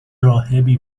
راهبی